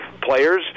players